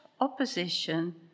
opposition